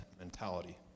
mentality